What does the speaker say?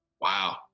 Wow